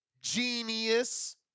Genius